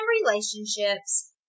relationships